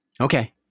Okay